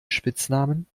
spitznamen